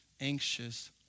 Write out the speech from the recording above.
anxious